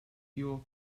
fuel